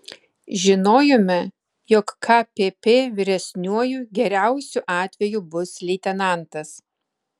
žinojome jog kpp vyresniuoju geriausiu atveju bus leitenantas